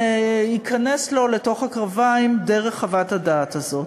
ייכנס לו לתוך הקרביים דרך חוות הדעת הזאת.